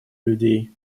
людей